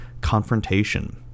confrontation